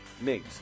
MiGs